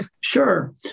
Sure